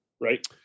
right